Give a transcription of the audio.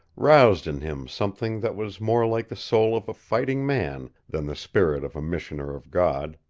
roused in him something that was more like the soul of a fighting man than the spirit of a missioner of god.